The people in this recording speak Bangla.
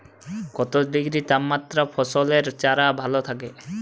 কত ডিগ্রি তাপমাত্রায় ফসলের চারা ভালো থাকে?